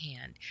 hand